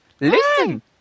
listen